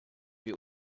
wie